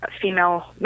female